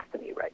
right